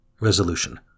Resolution